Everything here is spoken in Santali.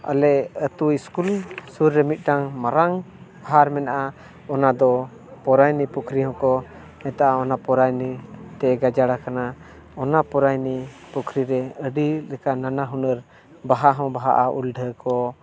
ᱟᱞᱮ ᱟᱹᱛᱩ ᱥᱠᱩᱞ ᱥᱩᱨ ᱨᱮ ᱢᱤᱫᱴᱟᱝ ᱢᱟᱨᱟᱝ ᱟᱦᱟᱨ ᱢᱮᱱᱟᱜᱼᱟ ᱚᱱᱟ ᱫᱚ ᱯᱚᱨᱟᱭᱚᱱᱤ ᱯᱩᱠᱷᱨᱤ ᱦᱚᱸᱠᱚ ᱢᱮᱛᱟᱫᱼᱟ ᱚᱱᱟ ᱯᱚᱨᱟᱭᱚᱱᱤ ᱛᱮ ᱜᱟᱡᱟᱲ ᱟᱠᱟᱱᱟ ᱚᱱᱟ ᱯᱚᱨᱟᱭᱚᱱᱤ ᱯᱩᱠᱷᱨᱤ ᱨᱮ ᱟᱹᱰᱤ ᱞᱮᱠᱟᱱ ᱱᱟᱱᱟ ᱦᱩᱱᱟᱹᱨ ᱵᱟᱦᱟ ᱦᱚᱸ ᱵᱟᱦᱟᱜᱼᱟ ᱩᱞᱰᱷᱟᱹ ᱠᱚ